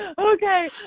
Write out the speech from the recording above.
okay